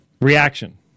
reaction